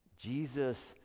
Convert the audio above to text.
Jesus